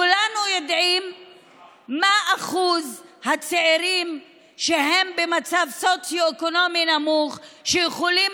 כולנו יודעים מה אחוז הצעירים שהם במצב סוציו-אקונומי נמוך שיכולים